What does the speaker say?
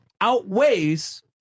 outweighs